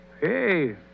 Hey